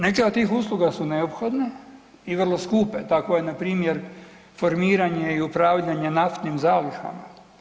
Neke od tih usluga su neophodne i vrlo skupe, tako je npr. formiranje i upravljanje naftnim zalihama.